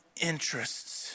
interests